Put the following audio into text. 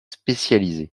spécialisés